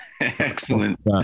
Excellent